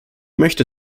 möchte